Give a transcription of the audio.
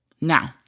Now